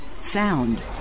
Sound